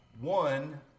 One